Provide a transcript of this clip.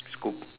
scope